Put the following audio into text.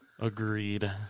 Agreed